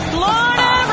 Florida